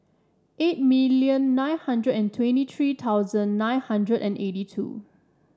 eight million nine hundred and twenty three thousand nine hundred and eighty two